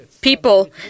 people